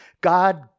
God